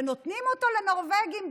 שנותנים אותו לנורבגים,